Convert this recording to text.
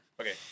Okay